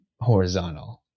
horizontal